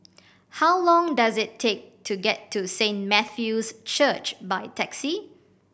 how long does it take to get to Saint Matthew's Church by taxi